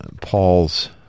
Paul's